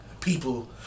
People